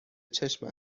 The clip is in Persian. چشم